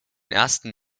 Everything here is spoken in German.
ersten